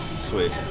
Sweet